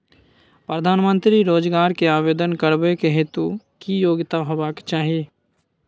प्रधानमंत्री रोजगार के आवेदन करबैक हेतु की योग्यता होबाक चाही?